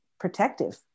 protective